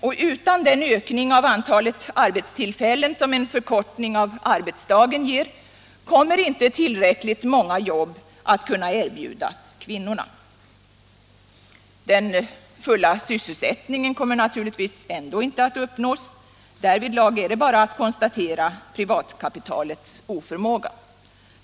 Och utan den ökning av antalet arbetstillfällen som en förkortning av arbetsdagen ger kommer inte tillräckligt många jobb att kunna erbjudas kvinnorna. Den fulla sysselsättningen kommer naturligtvis ändå inte att uppnås — därvidlag är det bara att konstatera privatkapitalets oförmåga.